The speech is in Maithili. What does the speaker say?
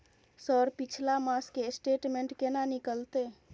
सर पिछला मास के स्टेटमेंट केना निकलते?